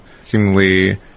seemingly